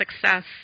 success